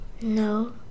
No